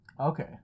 Okay